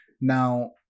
Now